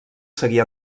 seguir